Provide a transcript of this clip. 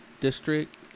district